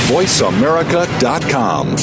VoiceAmerica.com